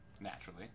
Naturally